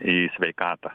į sveikatą